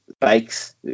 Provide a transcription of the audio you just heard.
bikes